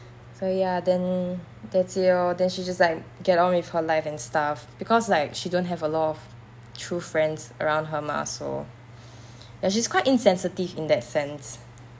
so ya then that's it lor then she just like get on with her life and stuff because like she don't have a lot of true friends around her mah so ya she's quite insensitive in that sense